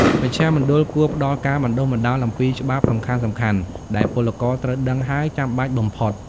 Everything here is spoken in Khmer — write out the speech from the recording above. មជ្ឈមណ្ឌលគួរផ្តល់ការបណ្តុះបណ្តាលអំពីច្បាប់សំខាន់ៗដែលពលករត្រូវដឹង ហើយចាំបាច់បំផុត។